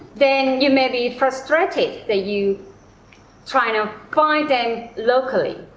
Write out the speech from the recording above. then you may be frustrated that you trying to find them locally.